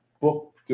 book